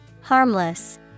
Harmless